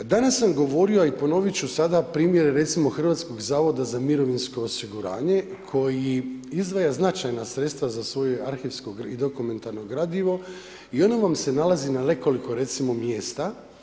Danas sam govorio, a i ponovit ću sada primjer recimo Hrvatskog zavoda za mirovinsko osiguranje koji izdvaja značajna sredstva za svoje arhivsko i dokumentarno gradivo i ono vam se nalazi na nekoliko recimo mjesta.